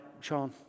Sean